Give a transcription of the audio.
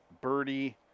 Birdie